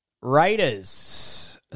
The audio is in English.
Raiders